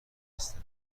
هستم